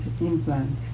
implant